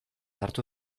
hartu